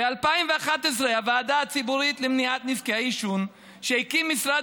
ב-2011 הוועדה הציבורית למניעת נזקי העישון שהקים משרד